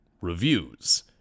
reviews